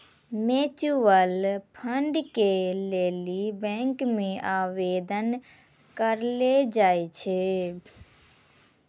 mutual fund के लेली bank मे आवेदन करलो जाय छै